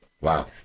Wow